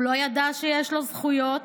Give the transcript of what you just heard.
הוא לא ידע שיש לו זכויות,